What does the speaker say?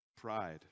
Pride